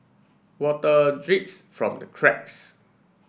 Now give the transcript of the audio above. water drips from the cracks